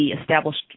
established